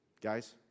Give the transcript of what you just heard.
Guys